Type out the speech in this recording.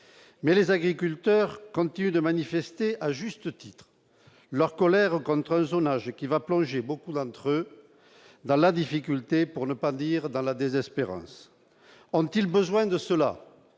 mais les agriculteurs continuent de manifester à juste titre leur colère contre le zonage qui va plonger, beaucoup d'entre eux dans la difficulté, pour ne pas dire dans la désespérance : ont-ils besoin de cela